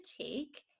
take